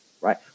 Right